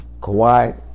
Kawhi